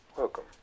welcome